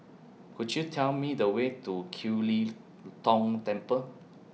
Could YOU Tell Me The Way to Kiew Lee Tong Temple